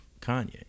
Kanye